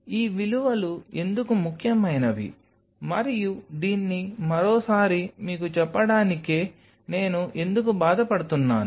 ఈ విలువలు ఎందుకు ముఖ్యమైనవి మరియు దీన్ని మరోసారి మీకు చెప్పడానికి నేను ఎందుకు బాధ పడుతున్నాను